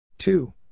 Two